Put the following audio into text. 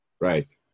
right